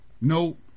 nope